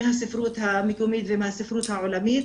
מהספרות המקומית ומהספרות העולמית,